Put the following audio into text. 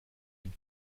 den